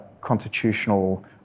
constitutional